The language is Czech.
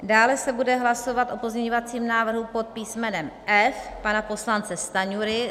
Dále se bude hlasovat o pozměňovacím návrhu pod písmenem F pana poslance Stanjury.